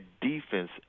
defense